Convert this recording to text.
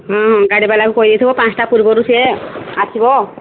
ହୁଁ ଗାଡ଼ିବାଲାକୁ କହି ଦେଇଥିବ ପାଞ୍ଚଟା ପୂର୍ବରୁ ସେ ଆସିବ